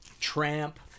Tramp